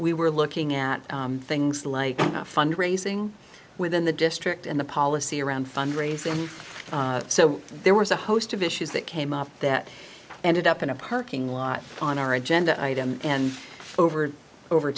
we were looking at things like fundraising within the district and the policy around fundraise and so there was a host of issues that came up that ended up in a parking lot on our agenda item and over